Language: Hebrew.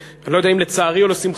אני לא יודע אם לצערי או לשמחתי,